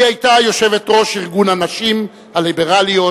היא היתה יושבת-ראש ארגון הנשים הליברליות